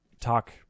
talk